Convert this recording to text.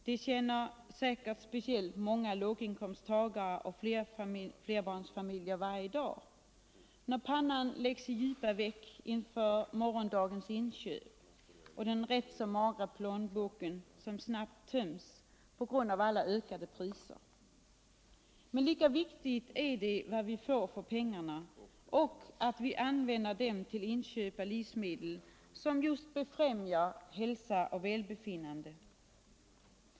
Det känner säkerligen speciellt många låginkomsttagare och ferbarnsfamiljer varje dag, när pannan läggs i djupa veck inför morgondagens inköp och den rätt så magra plånboken snabbt töms på grund av alla ökade priser. Men lika viktigt är vad vi får för pengarna och att vi använder dem till inköp av livsmedel som just befrämjar hälsa och välbefinnande.